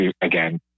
again